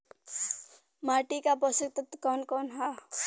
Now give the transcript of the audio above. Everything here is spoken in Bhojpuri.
माटी क पोषक तत्व कवन कवन ह?